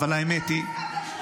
אבל האמת היא --- אתה לא הסכמת לשמוע